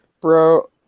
Bro